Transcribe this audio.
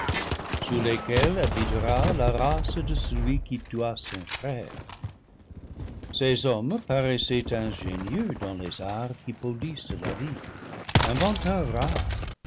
lesquelles habitera la race de celui qui tua son frère ces hommes paraissent ingénieux dans les arts qui po lissent la vie inventeurs